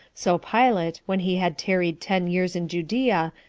so pilate, when he had tarried ten years in judea,